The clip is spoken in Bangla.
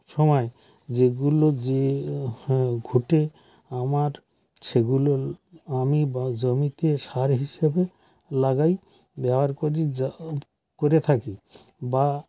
সময় যেগুলো যে ঘুঁটে আমার সেগুলো আমি বা জমিতে সার হিসাবে লাগাই ব্যবহার করি যা হোক করে থাকি বা